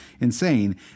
insane